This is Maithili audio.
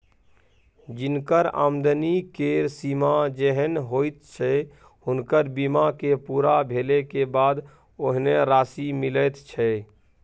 जिनकर आमदनी केर सीमा जेहेन होइत छै हुनकर बीमा के पूरा भेले के बाद ओहेन राशि मिलैत छै